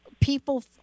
people